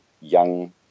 young